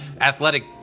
athletic